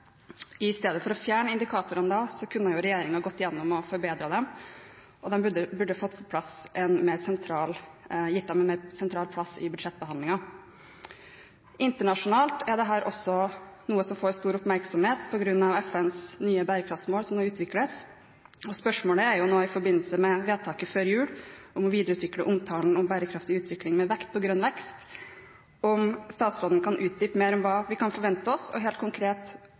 I stedet for da å fjerne indikatorene kunne regjeringen gått igjennom og forbedret dem, og den burde gitt dem en mer sentral plass i budsjettbehandlingen. Også internasjonalt er dette noe som får stor oppmerksomhet på grunn av FNs nye bærekraftsmål som nå utvikles. Spørsmålet er nå i forbindelse med vedtaket før jul – om å videreutvikle omtalen av bærekraftig utvikling med vekt på grønn vekst – om statsråden kan utdype mer hva vi kan forvente oss, og helt konkret